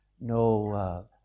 no